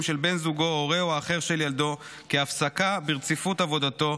של בן זוגו או הורהו האחר של ילדו כהפסקה ברציפות עבודתו,